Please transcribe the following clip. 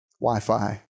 Wi-Fi